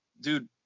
dude